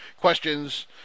questions